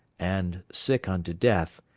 and, sick unto death,